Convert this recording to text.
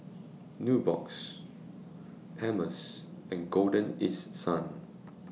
Nubox Palmer's and Golden East Sun